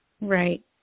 Right